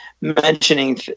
mentioning